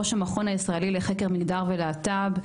ראש המכון הישראלי לחקר מגדר ולהט"ב.